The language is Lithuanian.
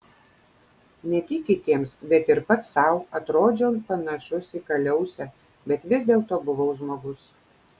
ne tik kitiems bet ir pats sau atrodžiau panašus į kaliausę bet vis dėlto buvau žmogus